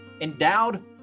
endowed